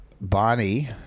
Bonnie